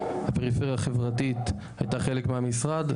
הפריפריה החברתית הייתה חלק מהמשרד,